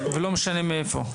ולא משנה מאיפה.